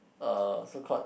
uh food court